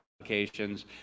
applications